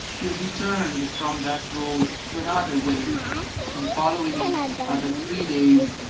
till he turned from that road to another way and, following it other three days,